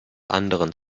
anderen